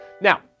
Now